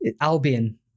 Albion